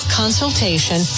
consultation